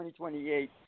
2028